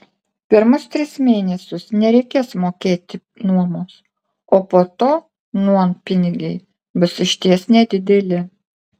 pirmus tris mėnesius nereikės mokėti nuomos o po to nuompinigiai bus išties nedideli